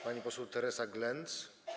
Pani poseł Teresa Glenc.